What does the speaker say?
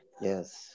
yes